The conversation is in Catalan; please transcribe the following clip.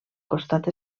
costat